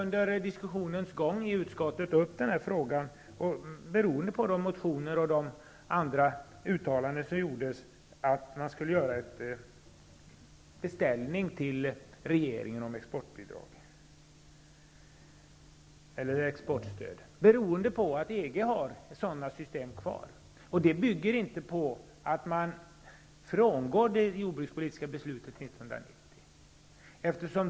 Under diskussionens gång i utskottet kom frågan -- utifrån motioner och andra uttalanden -- att man skulle göra en beställning till regeringen om exportbidrag eller exportstöd, eftersom EG fortfarande har sådana system. Det bygger inte på att man frångår det jordbrukspolitiska beslutet från 1990.